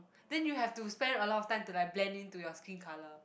then you have to spend a lot of time to like blend in to your skin colour